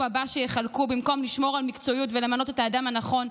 הבא שיחלקו במקום לשמור על מקצועיות ולמנות את האדם הנכון,